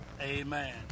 Amen